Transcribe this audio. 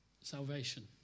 salvation